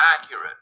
accurate